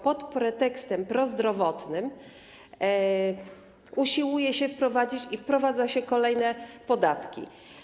Pod pretekstem prozdrowotnym usiłuje się wprowadzić i wprowadza się kolejne podatki.